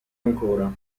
ancora